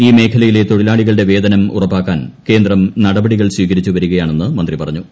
ഈ മേഖലയിലെ തൊഴിലാളികളുടെ വേതനം ഉറപ്പാക്കാൻ കേന്ദ്രം നടപടികൾ സ്വീകരിച്ചുവരികയാണെന്ന് മന്ത്രി പ്പറഞ്ഞു